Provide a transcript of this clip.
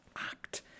act